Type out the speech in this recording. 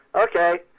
okay